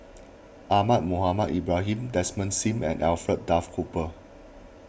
Ahmad Mohamed Ibrahim Desmond Sim and Alfred Duff Cooper